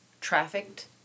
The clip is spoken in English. trafficked